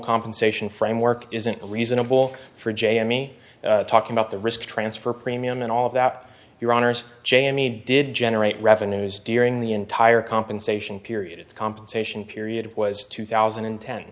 compensation framework isn't it reasonable for jay and me talking about the risk transfer premium and all of that your honour's jamie did generate revenues during the entire compensation periods compensation period was two thousand and ten